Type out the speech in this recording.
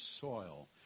soil